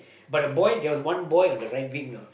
but the boy there was one boy on the right wing know